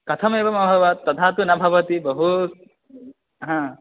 कथमेवमभवत् तथा तु न भवति बहू हा